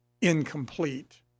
incomplete